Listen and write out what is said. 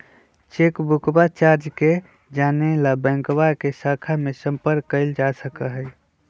चेकबुकवा चार्ज के जाने ला बैंकवा के शाखा में संपर्क कइल जा सका हई